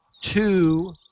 two